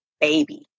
baby